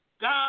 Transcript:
God